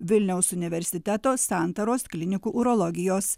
vilniaus universiteto santaros klinikų urologijos